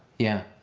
yeah.